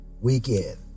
Weekend